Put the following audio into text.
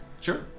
Sure